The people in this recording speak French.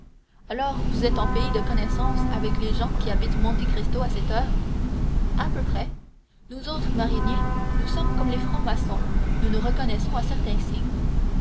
alors vous êtes en pays de connaissance avec les gens qui habitent monte cristo à cette heure à peu près nous autres mariniers nous sommes comme les francs-maçons nous nous reconnaissons à certains signes